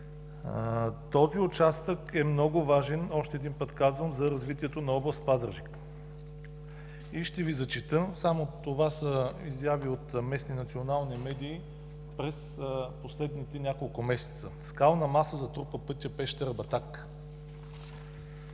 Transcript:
Този участък е много важен, още един път казвам, за развитието на Област Пазарджик. И ще Ви зачета само – това са изяви от местни и национални медии през последните няколко месеца: „Скална маса затрупа пътя Пещера –Батак“,